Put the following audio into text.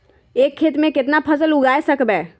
एक खेत मे केतना फसल उगाय सकबै?